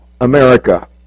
America